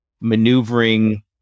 maneuvering